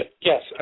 Yes